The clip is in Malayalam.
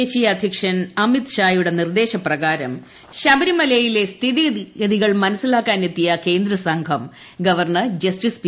ദേശീയ അധ്യക്ഷൻ ക്ഷ്മിത്ഷായുടെ നിർദ്ദേശപ്രകാരം ശബരിമലയിലെ സ്ഥിതിഗതികൾ ്മുനസ്സീലാക്കാനെത്തിയ കേന്ദ്രസംഘം ഗവർണർ ജസ്റ്റിസ് പി